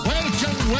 Welcome